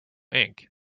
ink